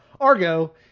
Argo